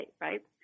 right